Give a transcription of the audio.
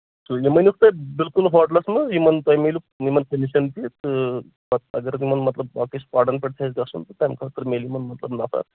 یِم أنُہُکھ تُہۍ بِلکُل ہوٹلَس منٛز یِمن تۄہہِ میلوٕ یِمن کٔمِشن تہِ تہٕ پَتہٕ اَگر باقٕے یِمن پہاڑَن پٮ۪ٹھ تہِ آسہِ گژھُن تہٕ تَمہِ خٲطرٕ میلہِ یِمن مطلب نَفر